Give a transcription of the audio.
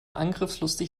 angriffslustig